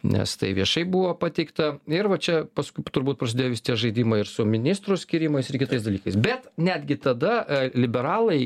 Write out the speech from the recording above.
nes tai viešai buvo pateikta ir va čia paskui turbūt prasidėjo visi tie žaidimai ir su ministrų skyrimais ir kitais dalykais bet netgi tada liberalai